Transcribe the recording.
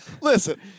Listen